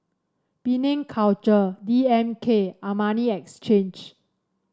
Penang Culture D M K Armani Exchange